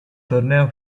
torneo